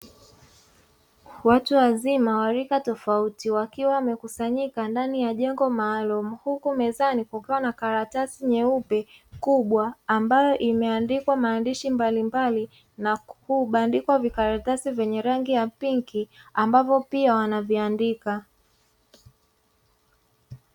Watu wazima wa rika tofauti wakiwa wamekusanyika ndani ya jengo maalumu, huku mezani kukiwa na karatasi nyeupe kubwa ambayo imeandikwa maandishi mbalimbali na kubandikwa vikaratasi vyenye rangi ya pinki, ambavyo pia wanaviandika.